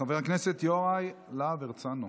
חבר הכנסת יוראי להב הרצנו.